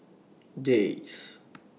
Jays